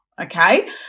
okay